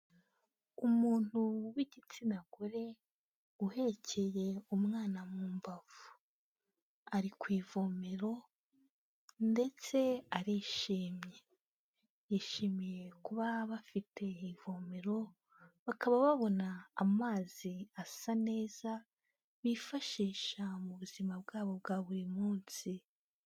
Umuntu w'igitsina gore uhekeye umwana mu mbavu, ari ku ivomero ndetse arishimye, yishimiye kuba bafite ivomero bakaba babona amazi asa neza bifashisha mu buzima bwabo bwa buri munsi.